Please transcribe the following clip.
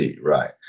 Right